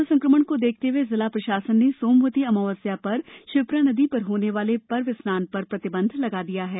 corona संक्रमण को देखते हुए जिला प्रशासन ने सोमवती अमावस्या पर क्षिप्रा नदी पर होने वाले पर्व स्नान पर प्रतिबंध लगा दिया है